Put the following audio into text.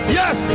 yes